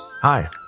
Hi